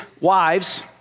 wives